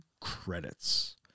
credits